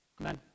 Amen